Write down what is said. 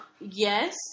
Yes